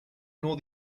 nor